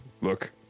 Look